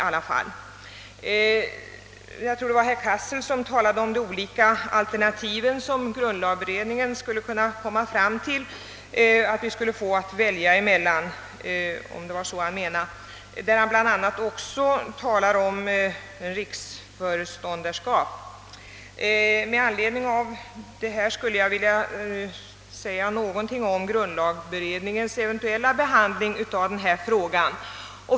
Herr Cassel talade om de olika alternativ som grundlagberedningen kunde tänkas ge oss att välja mellan, och han var också inne på frågan om riksföreståndarskapet. Med anledning av detta skulle jag vilja säga några ord om grundlagberedningens eventuella behandling av den här frågan.